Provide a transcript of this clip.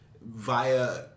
via